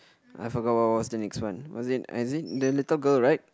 I forgot what was the next one was it ah is it the little girl right